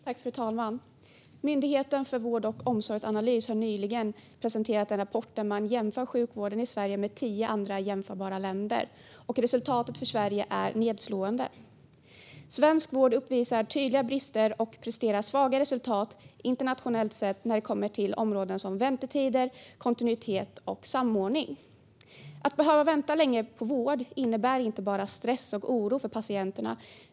Fru talman! Myndigheten för vård och omsorgsanalys har nyligen presenterat en rapport där man jämför sjukvården i Sverige med tio andra jämförbara länder. Resultatet för Sverige är nedslående. Svensk vård uppvisar tydliga brister och presterar svaga resultat internationellt sett när det kommer till områden som väntetider, kontinuitet och samordning. Att behöva vänta länge på vård innebär inte bara stress och oro för patienterna.